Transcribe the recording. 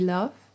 Love